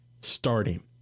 starting